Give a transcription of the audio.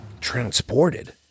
Transported